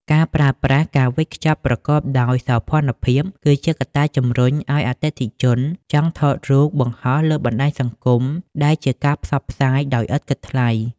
ការប្រើប្រាស់ "ការវេចខ្ចប់ប្រកបដោយសោភ័ណភាព" គឺជាកត្តាជម្រុញឱ្យអតិថិជនចង់ថតរូបបង្ហោះលើបណ្ដាញសង្គម ដែលជាការផ្សព្វផ្សាយដោយឥតគិតថ្លៃ។